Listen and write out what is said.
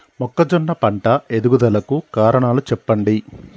మొక్కజొన్న పంట ఎదుగుదల కు కారణాలు చెప్పండి?